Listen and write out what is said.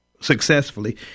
Successfully